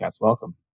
welcome